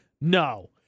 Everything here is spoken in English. no